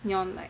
neon light